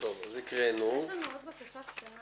יש לנו ברשות האוכלוסין עוד בקשה קטנה